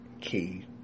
key